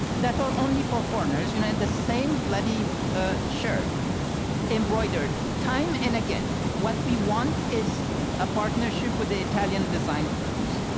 that are only for foreigners and you know the same bloody ah shirt embroidered time and again. what we want is a partnership with the italian design firms.